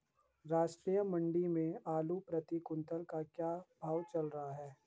राष्ट्रीय मंडी में आलू प्रति कुन्तल का क्या भाव चल रहा है?